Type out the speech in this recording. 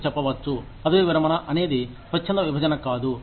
మీరు చెప్పవచ్చు పదవీ విరమణ అనేది స్వచ్ఛంద విభజన కాదు